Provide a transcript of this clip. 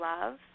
love